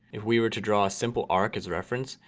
if we were to draw a simple arc as a reference,